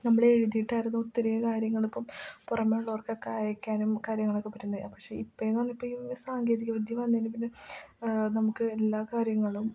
നമ്മൾ എഴുതിയിട്ടായിരുന്നു ഒത്തിരി കാര്യങ്ങൾ ഇപ്പം പുറമെയുള്ളവർക്കൊക്കെ അയക്കാനും കാര്യങ്ങളൊക്കെ പറ്റുന്നത് പക്ഷെ ഇപ്പം എന്ന് പറഞ്ഞാൽ ഇപ്പം സാങ്കേതികവിദ്യ വന്നതിന് പിന്നെ നമുക്ക് എല്ലാ കാര്യങ്ങളും